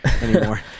anymore